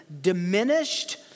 diminished